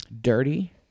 dirty